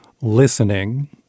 listening